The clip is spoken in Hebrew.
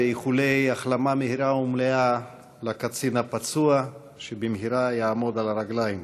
ואיחולי החלמה מהירה ומלאה לקצין הפצוע שבמהרה יעמוד על הרגליים.